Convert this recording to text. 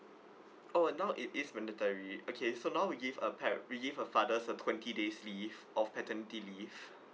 oh now it is mandatory okay so now we give a pair we give a fathers a twenty days leave of paternity leave